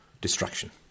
destruction